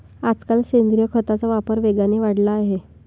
आजकाल सेंद्रिय खताचा वापर वेगाने वाढला आहे